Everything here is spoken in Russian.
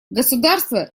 государства